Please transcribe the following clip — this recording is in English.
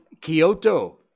Kyoto